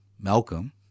Malcolm